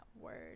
word